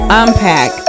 unpack